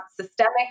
systemic